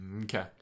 Okay